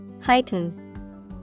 heighten